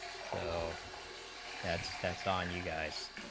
so that's that's on you guys